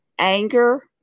Anger